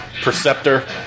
Perceptor